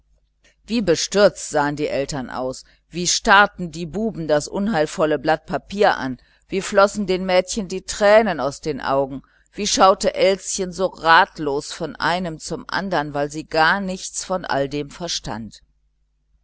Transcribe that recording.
wie bestürzt sahen die eltern aus wie starrten die buben das unheilvolle telegramm an wie flossen den mädchen die tränen aus den augen wie schaute elschen so ratlos von einem zum andern weil sie gar nichts von dem allen verstand